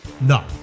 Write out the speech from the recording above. No